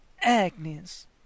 Agnes